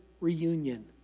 reunion